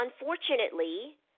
unfortunately